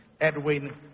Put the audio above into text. Edwin